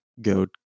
Goat